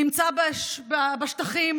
נמצא בשטחים,